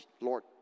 Lord